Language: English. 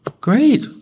great